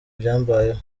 byambayeho